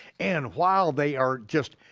and while they are just,